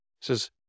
says